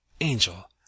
Angel